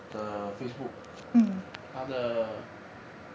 的 facebook 他的